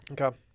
Okay